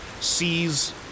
sees